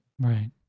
Right